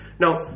Now